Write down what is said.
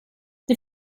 det